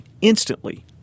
instantly